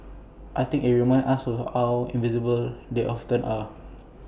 I think IT reminds us of how invisible they often are